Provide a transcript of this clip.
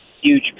huge